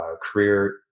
career